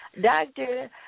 doctor